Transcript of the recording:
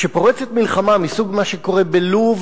כשפורצת מלחמה מסוג מה שקורה בלוב,